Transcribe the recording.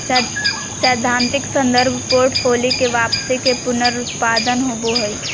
सैद्धांतिक संदर्भ पोर्टफोलि के वापसी के पुनरुत्पादन होबो हइ